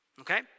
Okay